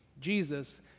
Jesus